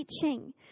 teaching